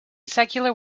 secular